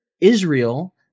Israel